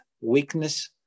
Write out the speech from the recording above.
weakness